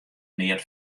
neat